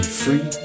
free